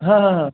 हां हां हां